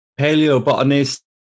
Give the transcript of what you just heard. paleobotanist